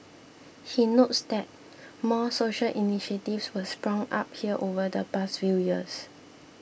he notes that more social initiatives were sprung up here over the past few years